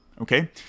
okay